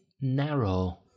narrow